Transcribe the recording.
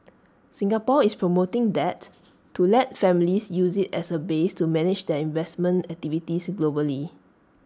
Singapore is promoting that to let families use IT as A base to manage their investment activities globally